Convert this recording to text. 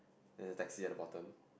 then the taxi at the bottom